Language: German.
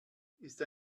ist